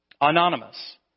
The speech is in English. Anonymous